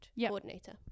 coordinator